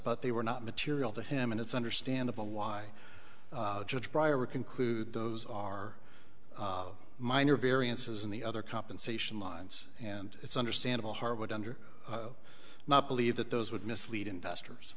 but they were not material to him and it's understandable why judge briar would conclude those are minor variances in the other compensation lines and it's understandable harwood under not believe that those would mislead investors